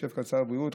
יושב כאן שר הבריאות,